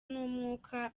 n’umwuka